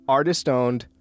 Artist-owned